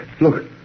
Look